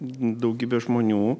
daugybė žmonių